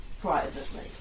privately